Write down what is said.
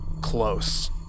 close